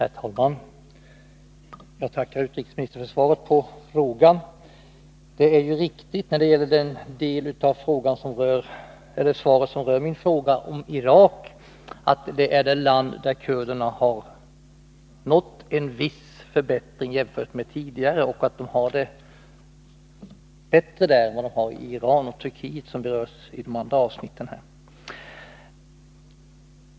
Herr talman! Jag tackar utrikesministern för svaret på frågan. Det är riktigt när det gäller den del av svaret som rör min fråga, nämligen om Irak, att det är det land där kurderna har nått en viss förbättring jämfört med tidigare och att de har det bättre där än vad de har i Iran och Turkiet, som berörs i de andra avsnitten.